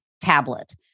tablet